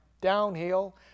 downhill